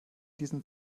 diesen